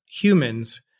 humans